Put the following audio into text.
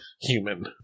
human